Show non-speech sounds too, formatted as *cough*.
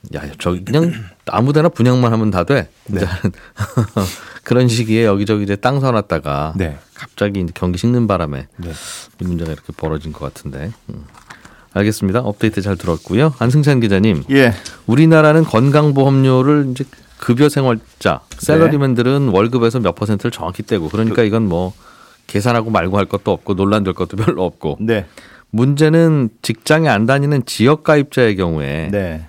야, 저기 그냥 아무데나 분양만 하면 다 돼. 네. 이제 *laughs* 그런 시기에 여기저기 이제 땅 사놨다가 네. 갑자기 이제 경기 식는 바람에 네. 이 문제가 이렇게 벌어진 것 같은데. 음. 알겠습니다. 업데이트 잘 들었고요. 안승찬 기자님. 예. 우리나라는 건강보험료를 이제 급여생활자, 네. 샐러리맨들은 월급에서 몇 퍼센트를 정확히 떼고 그러니까 그- 이건 뭐 계산하고 말고 할 것도 없고 논란될 것도 별로 없고. 네. 문제는 직장에 안 다니는 지역가입자의 경우에 네.